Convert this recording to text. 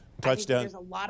Touchdown